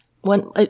one